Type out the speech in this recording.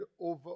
over